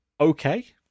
okay